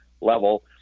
level